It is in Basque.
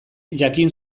jakin